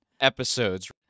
episodes